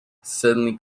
suddenly